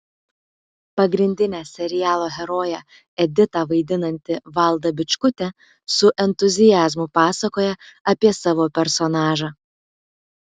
pagrindinę serialo heroję editą vaidinanti valda bičkutė su entuziazmu pasakoja apie savo personažą